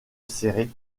serré